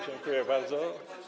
Dziękuję bardzo.